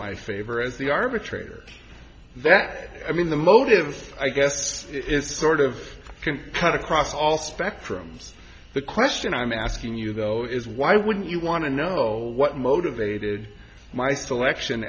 my favor as the arbitrator that i mean the motive i guess is sort of had across all spectrums the question i'm asking you though is why wouldn't you want to know what motivated my selection